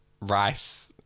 rice